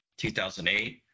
2008